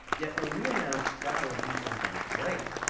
yet when we announced dow would do something great,